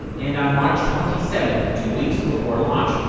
and on march twenty seven, two weeks before launch,